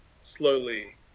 slowly